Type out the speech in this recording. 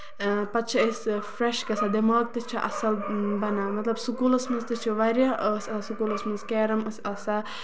پَتہٕ چھِ أسۍ فریش گژھان دٮ۪ماغ تہِ چھُ اَصٕل بَنان مطلب سٔکوٗلَس منٛز تہِ چھِ واریاہ ٲس آسان مطلب کیرَم ٲسۍ آسان